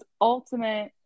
ultimate